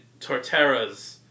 Torteras